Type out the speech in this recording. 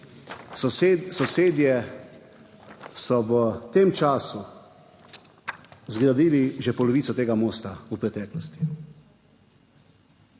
sosedje so v tem času zgradili že polovico tega mosta v preteklosti.